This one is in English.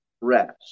rest